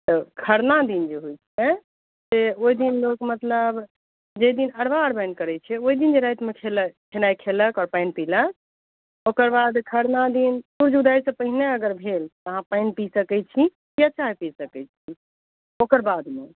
तऽ खरना दिन जे होइ छै से ओहिदिन लोक मतलब जाहिदिन अरबा अरबानि करै छै ओहि दिन जे रातिमे खेनाइ खेलक आओर पानि पिलक ओकर बाद खरना दिन सूर्य उदयसँ पहिने अगर भेल तऽ अहाँ पानि पी सकै छी जे चाही पी सकै छी ओकर बादमे